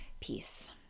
peace